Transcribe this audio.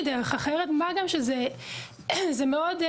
שוב,